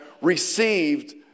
received